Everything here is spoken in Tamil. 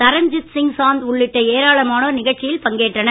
தரன்ஜித் சிங் சாந்து உள்ளிட்ட ஏராளமானோர் நிகழ்ச்சியில் பங்கேற்றனர்